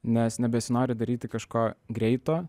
nes nebesinori daryti kažko greito